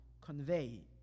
convey